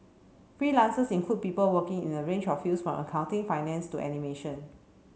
freelancers include people working in a range of fields from accounting finance to animation